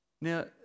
Now